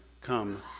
come